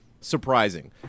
surprising